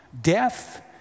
Death